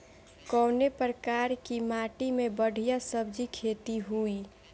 कवने प्रकार की माटी में बढ़िया सब्जी खेती हुई?